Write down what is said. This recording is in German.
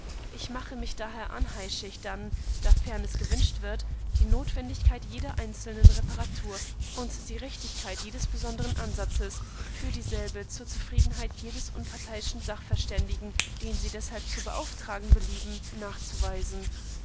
ich mache mich anheischig dann dafern es gewünscht wird die notwendigkeit jeder einzelnen reparatur und die richtigkeit jedes besondern ansatzes für dieselbe zur zufriedenheit jedes unparteiischen sachverständigen den sie deshalb zu beauftragen belieben nachzuweisen